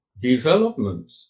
development